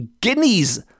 guineas